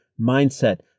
Mindset